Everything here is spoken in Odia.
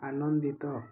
ଆନନ୍ଦିତ